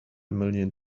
million